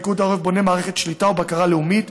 פיקוד העורף בונה מערכת שליטה ובקרה לאומית,